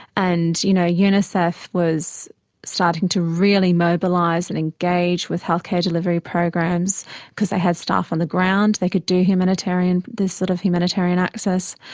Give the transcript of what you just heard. and you know unicef was starting to really mobilise and engage with healthcare delivery programs because they had staff on the ground, they could do this sort of humanitarian access.